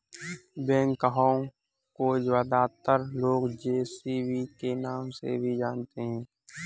backhoe को ज्यादातर लोग जे.सी.बी के नाम से भी जानते हैं